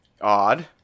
Odd